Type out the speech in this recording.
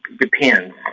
Depends